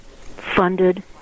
funded